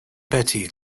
betty